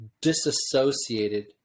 disassociated